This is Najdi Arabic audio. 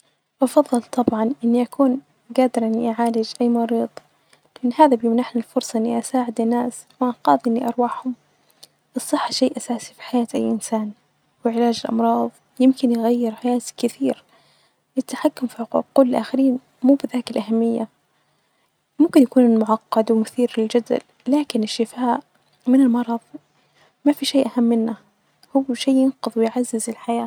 أفظل طبعا إني أكون جادرة إني أعالج أي مريظ ،لان هذا بيمنحني الفرصة إني أساعد الناس وإنقاذا لأرواحهم ،الصحة شيء أساسي في حياة أي انسان ،وعلاج الأمراظ يمكن يغير حياة كثير ،التحكم ف عقول الآخرين مو بذاك الأهمية ،ممكن يكون معقد ومثير للجدل لكن الشفاء من المرظ ما في شيء أهم منه هو شي ينقذ ويعزز الحياة.